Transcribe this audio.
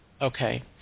Okay